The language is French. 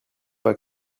pas